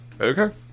Okay